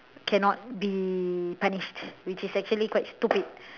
cannot be punished which is actually quite stupid